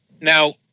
Now